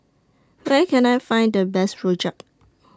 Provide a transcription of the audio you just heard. Where Can I Find The Best Rojak